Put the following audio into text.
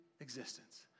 existence